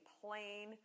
plain